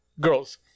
girls